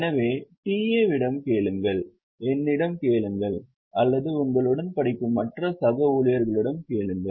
எனவே TA விடம் கேளுங்கள் என்னிடம் கேளுங்கள் அல்லது உங்களுடன் படிக்கும் மற்ற சக ஊழியர்களிடமும் கேளுங்கள்